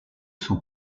son